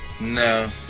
No